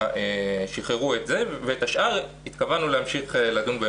שחררו את זה ועל השאר התכוונו להמשיך לדון.